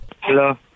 hello